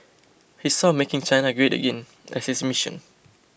he saw making China great again as his mission